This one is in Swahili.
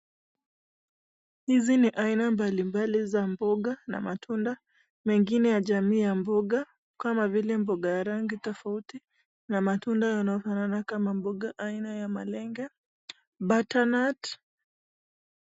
Hizi ni aina mbalimbali za mboga na ingine ya jamii ya mboga kama vile mboga ya rangi tofauti na mboga yanayofana na mboga aina ya malenge butternut .